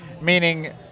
Meaning